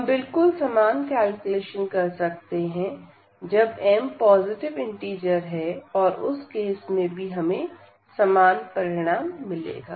हम बिल्कुल समान कैलकुलेशन कर सकते हैं जब mपॉजिटिव इंटिजर है और उस केस में भी हमें समान परिणाम मिलेगा